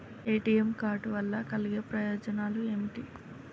ATM card వల్ల కలిగే ప్రయోజనాలు ఏమిటి?